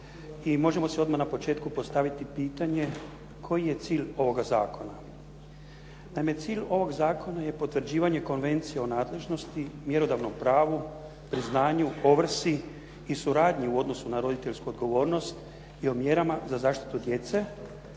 možemo si odmah na početku postaviti pitanje koji je cilj ovoga zakona? Naime, cilj ovog zakona je potvrđivanje konvencije o nadležnosti, mjerodavnom pravu, priznanju, ovrsi i suradnji u odnosu na roditeljsku odgovornost i o mjerama za zaštitu djece,